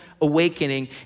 awakening